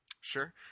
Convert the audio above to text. Sure